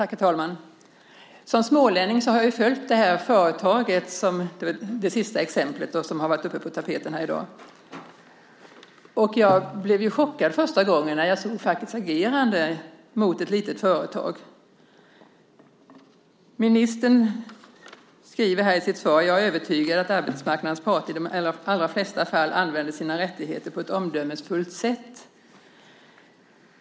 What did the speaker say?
Herr talman! Som smålänning har jag följt företaget i det sista exemplet som har varit uppe på tapeten här i dag. Jag blev chockad första gången när jag såg fackets agerande mot ett litet företag. Ministern skriver i sitt svar: Jag är övertygad att arbetsmarknadens parter i de allra flesta fall använder sina rättigheter på ett omdömesgillt sätt.